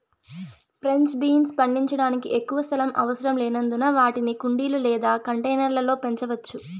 French beans పండించడానికి ఎక్కువ స్థలం అవసరం లేనందున వాటిని కుండీలు లేదా కంటైనర్ల లో పెంచవచ్చు